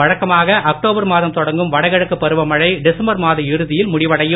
வழக்கமாக அக்டோபர் மாதம் தொடங்கும் வடகிழக்கு பருவமழை டிசம்பர் மாத இறுதியில் முடிவடையும்